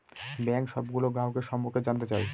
bank সবগুলো গ্রাহকের সম্পর্কে জানতে চায়